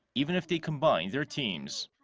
even if they combine their teams.